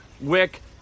Wick